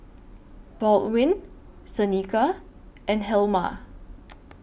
Baldwin Seneca and Helma